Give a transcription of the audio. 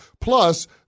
Plus